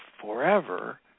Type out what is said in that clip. forever